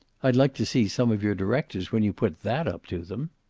i'd like to see some of your directors when you put that up to them!